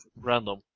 random